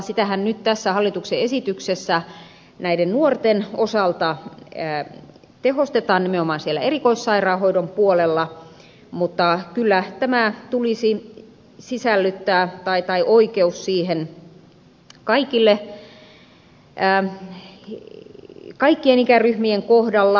sitähän nyt tässä hallituksen esityksessä näiden nuorten osalta tehostetaan nimenomaan siellä erikoissairaanhoidon puolella mutta kyllä tähän tulisi sisällyttää oikeus siihen kaikkien ikäryhmien kohdalla